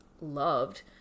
loved